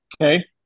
Okay